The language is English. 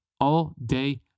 all-day